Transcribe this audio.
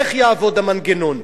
איך יעבוד המנגנון?